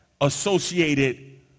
associated